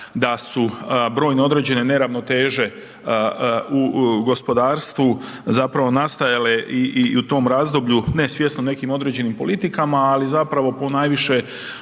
da su brojne određene neravnoteže u gospodarstvu zapravo nastajale i, i, i u tom razdoblju ne svjesno nekim određenim politikama, ali zapravo po najviše